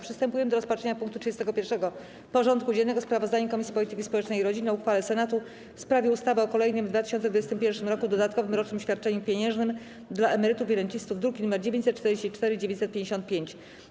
Przystępujemy do rozpatrzenia punktu 31. porządku dziennego: Sprawozdanie Komisji Polityki Społecznej i Rodziny o uchwale Senatu w sprawie ustawy o kolejnym w 2021 r. dodatkowym rocznym świadczeniu pieniężnym dla emerytów i rencistów (druki nr 944 i 955)